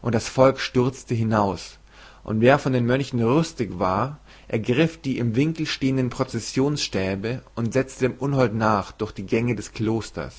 und das volk stürzte hinaus und wer von den mönchen rüstig war ergriff die im winkel stehenden prozessionsstäbe und setzte dem unhold nach durch die gänge des klosters